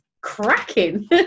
cracking